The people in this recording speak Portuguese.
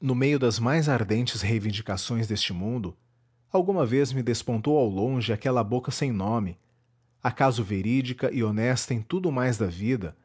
no meio das mais ardentes reivindicações deste mundo alguma vez me despontou ao longe aquela boca sem nome acaso verídica e honesta em tudo o mais da vida